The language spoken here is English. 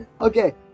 Okay